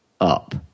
up